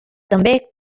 també